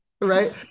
right